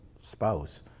spouse